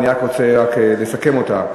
אני רק רוצה לסכם אותה.